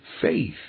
faith